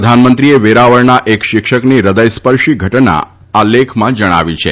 પ્રધાનમંત્રીએ વેરાવળના એક શિક્ષકની હૃદયસ્પર્શી ઘટના આ લેખમાં જણાવી છે